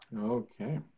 Okay